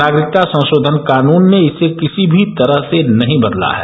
नागरिकता संशोधन कानून ने इसे किसी भी तरह से नहीं बदला है